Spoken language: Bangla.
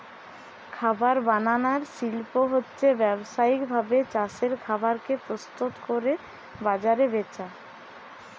খাবার বানানার শিল্প হচ্ছে ব্যাবসায়িক ভাবে চাষের খাবার কে প্রস্তুত কোরে বাজারে বেচা